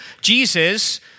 Jesus